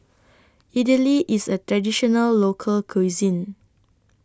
Idili IS A Traditional Local Cuisine